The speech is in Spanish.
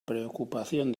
preocupación